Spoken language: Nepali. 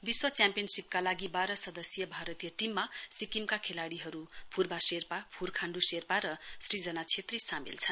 विश्व च्याम्पिनशीपका लागि बाह्र सदस्यीय भारतीय टीममा सिक्किमका खेलाड़ीहरू फुर्वा शेर्पा फुर् खाण्डु शेर्पा र सूजना छेत्री सामेल छन्